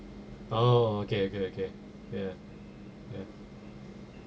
oh okay okay okay ya ya